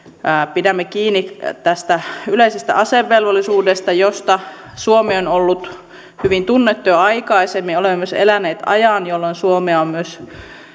pidämme kiinni tästä yleisestä asevelvollisuudesta josta suomi on ollut hyvin tunnettu jo aikaisemmin olemme myös eläneet ajan jolloin suomea on myös